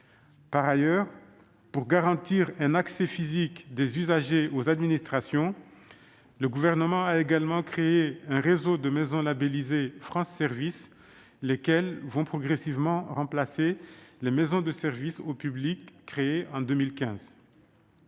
Par ailleurs, pour garantir un accès physique des usagers aux administrations, le Gouvernement a également créé un réseau de maisons labellisées « France Services », lesquelles vont progressivement remplacer les maisons de services au public créées en 2015.